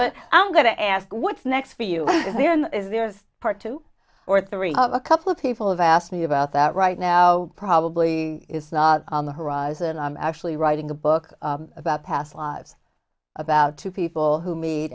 but i'm going to ask what's next for you here in part two or three a couple of people have asked me about that right now probably is not on the horizon i'm actually writing a book about past lives about two people who m